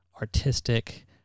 artistic